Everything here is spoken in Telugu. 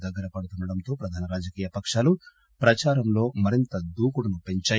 దగ్గర పడుతుండటంతో ప్రధాన రాజకీయ పకాలు ప్రచారంలో మరింత దూకుడు పెంచాయి